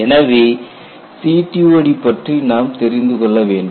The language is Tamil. எனவே CTOD பற்றி நாம் தெரிந்து கொள்ள வேண்டும்